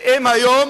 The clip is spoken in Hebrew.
ואם היום